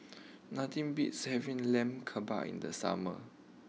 nothing beats having Lamb Kebabs in the summer